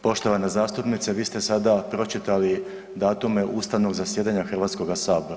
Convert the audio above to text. Poštovana zastupnice, vi ste sada pročitali datume ustavnog zasjedanja HS-a.